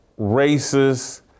racist